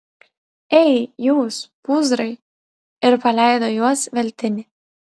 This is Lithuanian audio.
ei jūs pūzrai ir paleido į juos veltinį